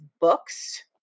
books